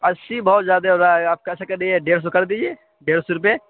اسّی بہت زیادے ہو رہا ہے آپ کا ایسا کریے ڈیڑھ سو کر دیجیے ڈیڑھ سو روپئے